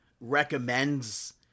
recommends